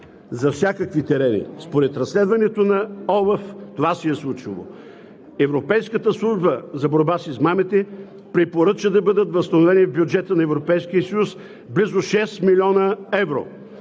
за всякакви терени. Според разследването на ОЛАФ това се е случило. Европейската служба за борба с измамите препоръча да бъдат възстановени в бюджета на Европейския съюз близо 6 млн. евро,